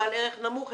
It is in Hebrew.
תיעוד עצמי לגבי יחיד,